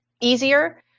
easier